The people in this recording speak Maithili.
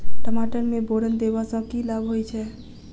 टमाटर मे बोरन देबा सँ की लाभ होइ छैय?